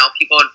people